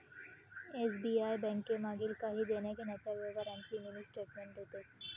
SBI bank मागील काही देण्याघेण्याच्या व्यवहारांची मिनी स्टेटमेंट देते